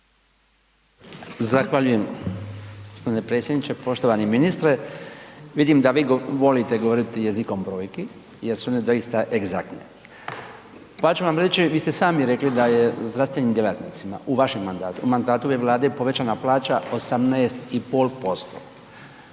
Zahvaljujem gospodine predsjedniče. Poštovani ministre. Vidim da vi volite govoriti jezikom brojki jer su one doista egzaktne, pa ću vam reći vi ste sami rekli da je zdravstvenim djelatnicima u vašem mandatu u mandatu ove Vlade povećana plaća 18,5%.